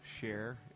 share